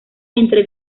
entre